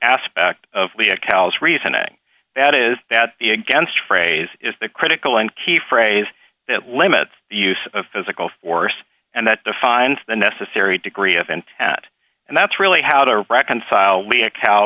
aspect of we have cows reasoning that is that the against phrase is the critical and key phrase that limits the use of physical force and that defines the necessary degree of and at and that's really how to reconcile we a cow